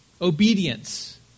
obedience